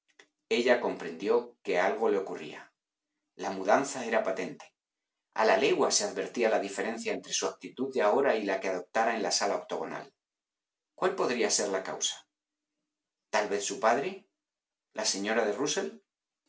ella comprendió que algo le ocurría la mudanza era patente a la legua se advertía la diferencia entre su actitud de ahora y la que adoptara en la sala octogonal cuál podría ser la causa tal vez su padre la señora de rusell